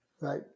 right